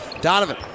Donovan